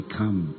come